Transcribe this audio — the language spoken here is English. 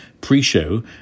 pre-show